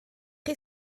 chi